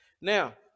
Now